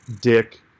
Dick